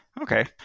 Okay